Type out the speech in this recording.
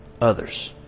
others